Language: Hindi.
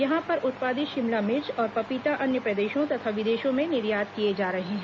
यहां पर उत्पादित शिमला मिर्च और पपीता अन्य प्रदेशों तथा विदेशों में निर्यात किए जा रहे हैं